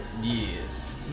Yes